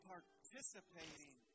participating